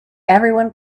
everyone